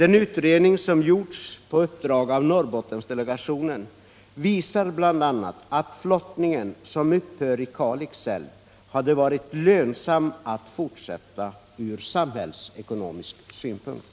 En utredning som gjordes på uppdrag av Norrbottensdelegationen visar bl.a. att flottningen som upphör i Kalix älv hade varit lönsam att fortsätta ur samhällsekonomisk synvinkel.